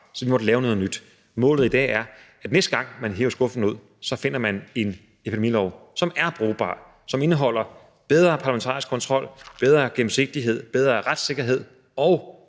så vi måtte lave noget nyt. Målet i dag er, at næste gang, man hiver skuffen ud, så finder man en epidemilov, som er brugbar, som indeholder bedre parlamentarisk kontrol, bedre gennemsigtighed, bedre retssikkerhed og